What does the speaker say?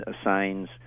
assigns